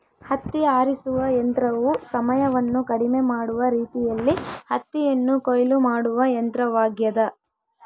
ಹತ್ತಿ ಆರಿಸುವ ಯಂತ್ರವು ಸಮಯವನ್ನು ಕಡಿಮೆ ಮಾಡುವ ರೀತಿಯಲ್ಲಿ ಹತ್ತಿಯನ್ನು ಕೊಯ್ಲು ಮಾಡುವ ಯಂತ್ರವಾಗ್ಯದ